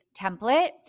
template